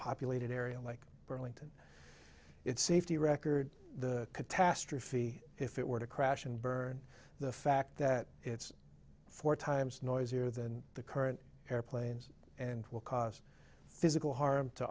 populated area like burlington its safety record the catastrophe if it were to crash and burn the fact that it's four times noisier than the current airplanes and will cause physical harm to